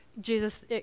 Jesus